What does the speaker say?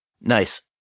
Nice